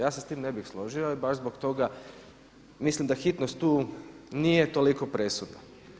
Ja se s tim ne bih složio i baš zbog toga mislim da hitnost tu nije toliko presudna.